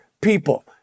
people